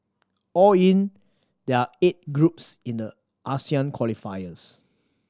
all in there are eight groups in the Asian qualifiers